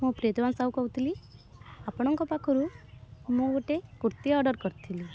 ମୁଁ ପ୍ରିୟତମା ସାହୁ କହୁଥିଲି ଆପଣଙ୍କ ପାଖରୁ ମୁଁ ଗୋଟେ କୁର୍ତ୍ତୀ ଅର୍ଡ଼ର୍ କରିଥିଲି